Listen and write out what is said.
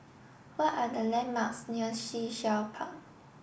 what are the landmarks near Sea Shell Park